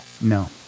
No